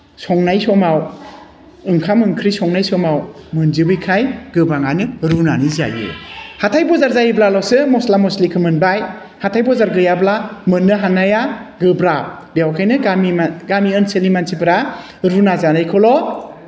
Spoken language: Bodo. संनाय समाव ओंखाम ओंख्रि संनाय समाव मोनजोबैखाय गोबाङानो रुनानै जायो हाथाय बाजार जायोब्लाल'सो मस्ला मस्लिखौ मोनबाय हाथाय बाजार गैयाब्ला मोननो हानाया गोब्राब बेखायनो गामि ओनसोलनि मानसिफोरा रुना जानायखौल'